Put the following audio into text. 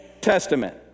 Testament